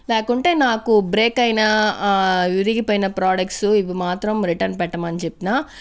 లేకుంటే నాకు బ్రేక్ అయినా ఆ విరిగిపోయిన ప్రాడక్ట్సు ఇవి మాత్రం రిటర్న్ పెట్టమని చెప్పినా